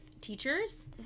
teachers